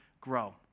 grow